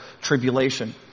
tribulation